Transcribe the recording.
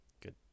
Good